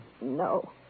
No